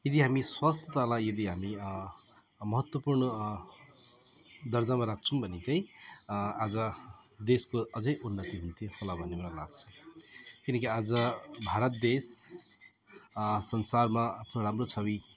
यदि हामी स्वस्थतालाई यदि हामी महत्त्वपूर्ण दर्जामा राख्छौँ भने चाहिँ आज देशको अझ उन्नति हुन्थ्यो होला भन्ने मलाई लाग्छ किनकि आज भारत देश संसारमा आफ्नो राम्रो छवि